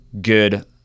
good